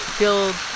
build